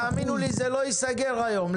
האמינו לי, זה לא ייסגר היום.